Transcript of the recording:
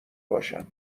باشم